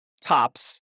tops